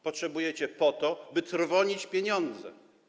Potrzebujecie po to, by trwonić pieniądze.